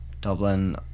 Dublin